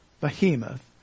Behemoth